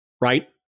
right